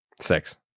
Six